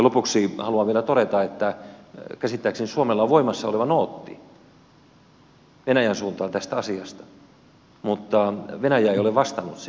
lopuksi haluan vielä todeta että käsittääkseni suomella on voimassa oleva nootti venäjän suuntaan tästä asiasta mutta venäjä ei ole vastannut siihen